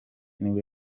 nibwo